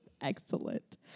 excellent